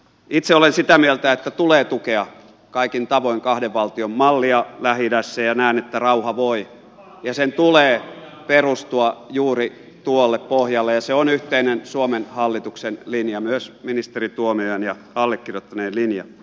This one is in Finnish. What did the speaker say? itse olen sitä mieltä että tulee tukea kaikin tavoin kahden valtion mallia lähi idässä ja näen että rauha voi ja sen tulee perustua juuri tuolle pohjalle ja se on yhteinen suomen hallituksen linja myös ministeri tuomiojan ja allekirjoittaneen linja